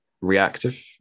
reactive